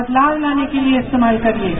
बदलाव लाने के लिए इस्तेमाल करिएगा